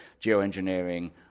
geoengineering